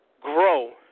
grow